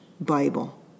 Bible